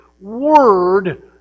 Word